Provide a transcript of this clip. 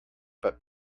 but